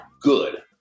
good